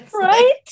Right